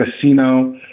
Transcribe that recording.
casino